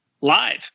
live